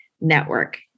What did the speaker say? network